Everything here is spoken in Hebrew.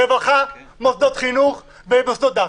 רווחה, מוסדות חינוך ומוסדות דת.